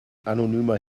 anonymer